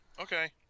Okay